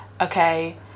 okay